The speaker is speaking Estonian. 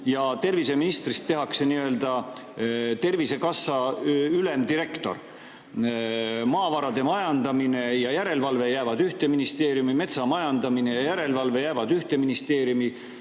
Terviseministrist tehakse nii-öelda Tervisekassa ülemdirektor. Maavarade majandamine ja järelevalve jäävad ühte ministeeriumi, metsa majandamine ja järelevalve jäävad ühte ministeeriumi,